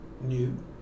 new